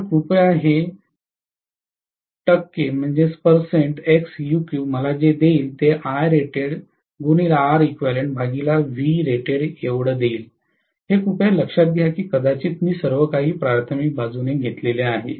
तर कृपया हे मला जे देईल ते देईल हे कृपया लक्षात घ्या की कदाचित मी सर्व काही प्राथमिक बाजुने घेतलेले आहे